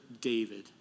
David